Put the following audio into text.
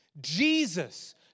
Jesus